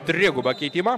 trigubą keitimą